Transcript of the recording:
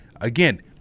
again